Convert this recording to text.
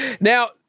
Now